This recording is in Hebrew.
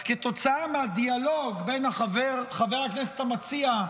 אז כתוצאה מהדיאלוג בין חבר הכנסת המציע,